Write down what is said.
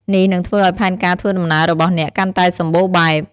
នេះនឹងធ្វើឱ្យផែនការធ្វើដំណើររបស់អ្នកកាន់តែសម្បូរបែប។